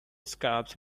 scraps